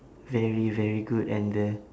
very very good and then